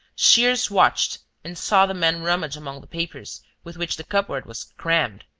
shears watched and saw the man rummage among the papers with which the cupboard was crammed.